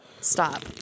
Stop